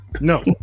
No